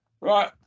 Right